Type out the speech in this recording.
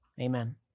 Amen